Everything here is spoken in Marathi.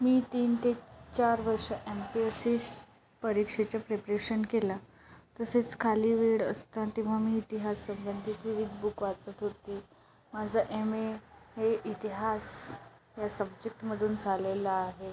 मी तीन ते चार वर्ष एम पी एस सी परीक्षेचं प्रिपरेशन केलं तसेच खाली वेळ असला तेव्हा मी इतिहाससंबंधी बुक वाचत होती माझं एम ए हे इतिहास या सब्जेक्टमधून झालेलं आहे